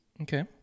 Okay